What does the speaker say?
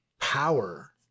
power